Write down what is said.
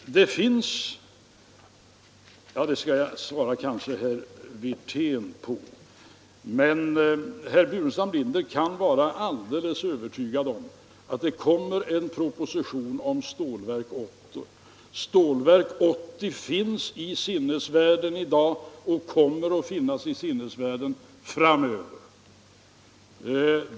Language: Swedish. Herr Burenstam Linder kan alltså vara alldeles övertygad om att det kommer en proposition om Stålverk 80. Stålverk 80 finns i sinnevärlden i dag och kommer att finnas där framöver.